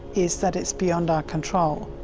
is that it's beyond our control.